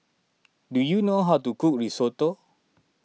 do you know how to cook Risotto